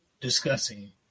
discussing